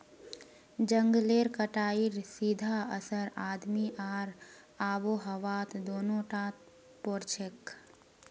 जंगलेर कटाईर सीधा असर आदमी आर आबोहवात दोनों टात पोरछेक